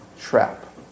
trap